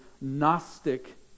Gnostic